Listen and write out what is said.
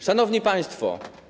Szanowni Państwo!